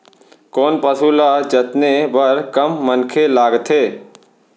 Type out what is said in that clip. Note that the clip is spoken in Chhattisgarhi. कोन पसु ल जतने बर कम मनखे लागथे?